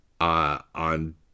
on